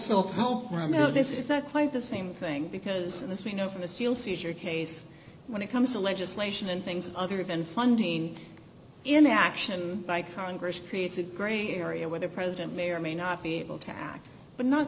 is not quite the same thing because as we know from the steel seizure case when it comes to legislation and things other than funding in action by congress creates a gray area where the president may or may not be able to act but not